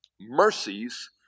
mercies